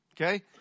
Okay